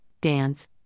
dance